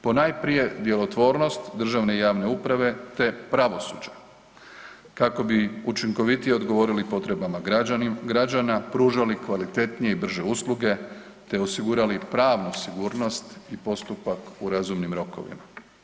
Ponajprije djelotvornost državne i javne uprave te pravosuđa kako bi učinkovitije odgovorili potrebama građana, pružali kvalitetnije i brže usluge te osigurali pravnu sigurnost i postupak u razumnim rokovima.